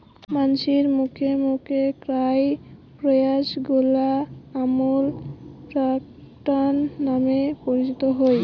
মানসির মুখে মুখে এ্যাই প্রয়াসগিলা আমুল প্যাটার্ন নামে পরিচিত হই